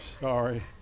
Sorry